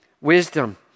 Wisdom